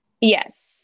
Yes